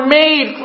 made